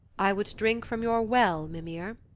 i would drink from your well, mimir,